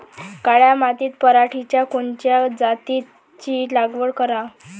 काळ्या मातीत पराटीच्या कोनच्या जातीची लागवड कराव?